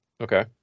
Okay